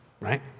right